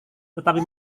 tetapi